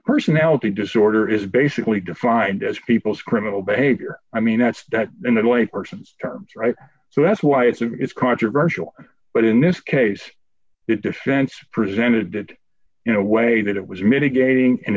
personality disorder is basically defined as people's criminal behavior i mean that's in the lay person's terms right so that's why it's a it's controversial but in this case it defense presented in a way that it was mitigating and